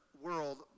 world